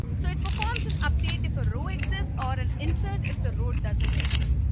so it performs an update if a row exist or an insert if the road doesn't exist.